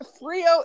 Frio